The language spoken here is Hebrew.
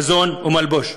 מזון ומלבוש.